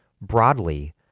Broadly